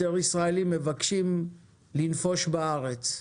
יותר ישראלים מבקשים לנפוש בארץ.